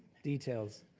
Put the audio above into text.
details.